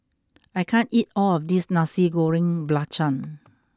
I can't eat all of this Nasi Goreng Belacan